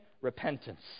repentance